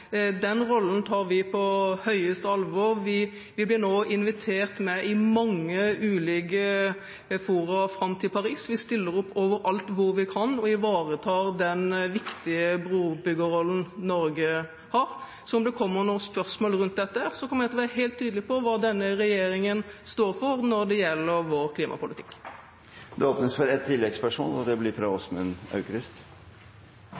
Den rollen tar vi på største alvor. Vi blir nå invitert med i mange ulike fora fram til Paris, vi stiller opp overalt hvor vi kan, og ivaretar den viktige brobyggerrollen Norge har. Så om det kommer noen spørsmål rundt dette, kommer jeg til å være helt tydelig på hva denne regjeringen står for når det gjelder vår klimapolitikk. Det åpnes for ett oppfølgingsspørsmål – fra Åsmund Aukrust.